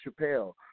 Chappelle